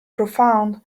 profound